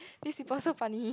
these people so funny